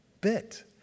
bit